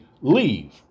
leave